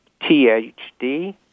THD